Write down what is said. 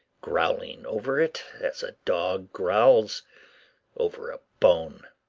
growling over it as a dog growls over a bone.